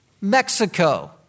Mexico